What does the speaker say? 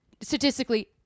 statistically